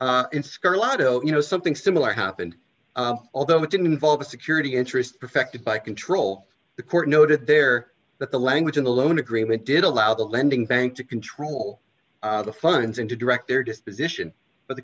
lotto you know something similar happened although it didn't involve a security interest perfected by control the court noted there but the language in the loan agreement did allow the lending bank to control the funds and to direct their disposition but the